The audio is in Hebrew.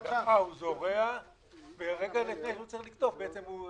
הוא זורע ורגע לפני שהוא צריך לקטוף זה נהרס.